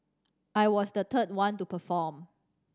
I was the third one to perform